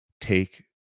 take